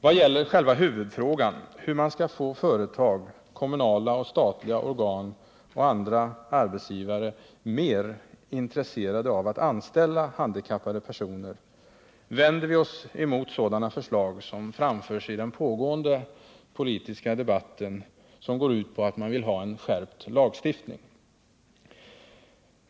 Vad gäller huvudfrågan — hur man skall få företag, kommunala och statliga organ och andra arbetsgivare mer intresserade av att anställa handikappade personer — vänder vi oss mot sådana förslag som framförs i den pågående politiska debatten som går ut på att man vill ha en skärpt lagstiftning.